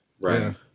Right